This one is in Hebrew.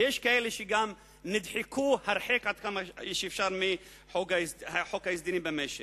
ויש כאלה שגם נדחקו הרחק עד כמה שאפשר מחוק ההסדרים במשק.